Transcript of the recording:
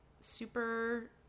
super